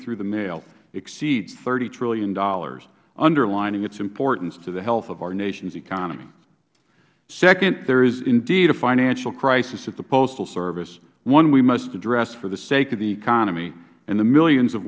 through the mail exceeds thirty dollars trillion underlining its importance to the health of our nation's economy second there is indeed a financial crisis at the postal service one we must address for the sake of the economy and the millions of